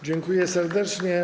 Dziękuję serdecznie.